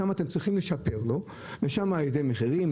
שם אתם צריכים לשפר לו על ידי מחירים,